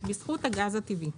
בזכות הגז הטבעי.